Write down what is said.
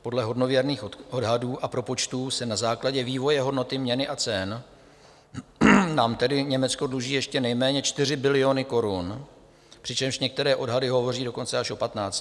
Podle hodnověrných odhadů a propočtů na základě vývoje hodnoty měny a cen nám tedy Německo dluží ještě nejméně 4 biliony korun, přičemž některé odhady hovoří dokonce až o 15.